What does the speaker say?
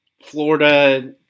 Florida